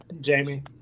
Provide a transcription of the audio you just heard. Jamie